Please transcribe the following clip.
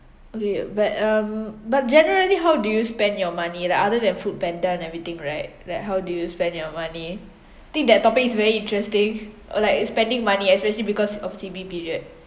okay but um but generally how do you spend your money like other than Foodpanda and everything right like how do you spend your money think that topic is very interesting like spending money especially because of C_B period